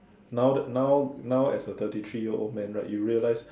now that now now as a thirty three year old man right you realize